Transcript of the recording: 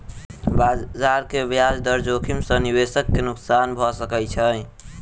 बजार के ब्याज दर जोखिम सॅ निवेशक के नुक्सान भ सकैत छै